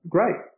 Great